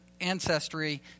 ancestry